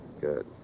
Good